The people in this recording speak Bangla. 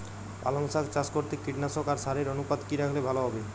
পালং শাক চাষ করতে কীটনাশক আর সারের অনুপাত কি রাখলে ভালো হবে?